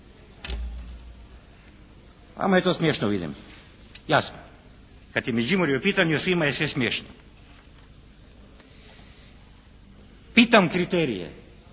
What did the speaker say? je to smiješno vidim, jasno. Kada je Međimurje u pitanju, svima je sve smiješno. Pitam kriterije,